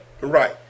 Right